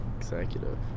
Executive